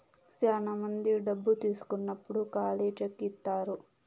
శ్యానా మంది డబ్బు తీసుకున్నప్పుడు ఖాళీ చెక్ ఇత్తారు